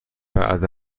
بعد